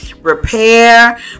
repair